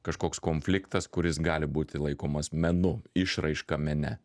kažkoks konfliktas kuris gali būti laikomas menu išraiška mene